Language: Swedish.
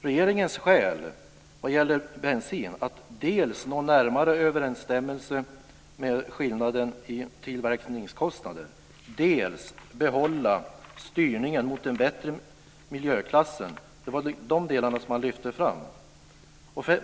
Regeringens skäl var vad gäller bensin att dels nå närmare överensstämmelse med skillnaden i tillverkningskostnader, dels behålla styrningen mot den bättre miljöklassen. Det var de delarna som lyftes fram.